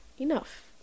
enough